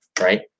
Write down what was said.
right